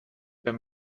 wenn